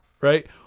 right